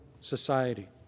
society